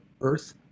earth